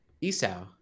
esau